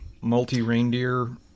Multi-reindeer